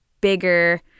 bigger